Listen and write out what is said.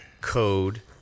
Code